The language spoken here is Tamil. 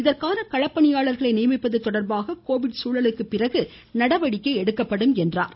இதற்கான களப்பணியாளர்களை நியமிப்பது தொடர்பாக கோவிட் சூழலுக்கு பிறகு நடவடிக்கை எடுக்கப்படும் என்றார்